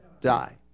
die